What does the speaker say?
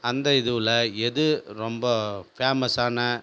அந்த இதுவில் எது ரொம்ப ஃபேமஸ்சான